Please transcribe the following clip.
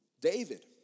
David